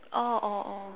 oh oh oh